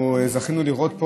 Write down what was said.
זכינו לראות,